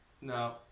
No